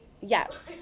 Yes